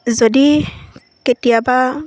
যদি কেতিয়াবা